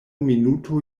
minuto